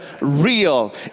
real